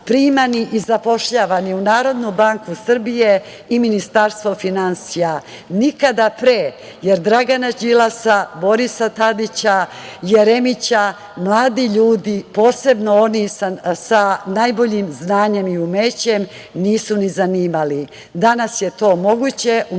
primani i zapošljavani u Narodnu banku Srbije i Ministarstvo finansija? Nikada pre, jer Dragana Đilasa, Borisa Tadića, Jeremića, mladi ljudi, posebno oni sa najboljim znanjem i umećem, nisu ni zanimali. Danas je to moguće.